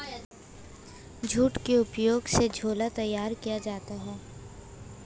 jute के उपयोग से झोला तैयार किया जाता है